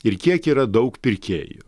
ir kiek yra daug pirkėjų